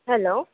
hello